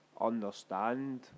understand